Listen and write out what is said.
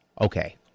okay